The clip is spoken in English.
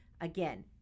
Again